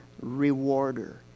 rewarder